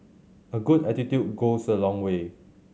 a good attitude goes a long way